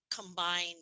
combined